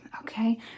okay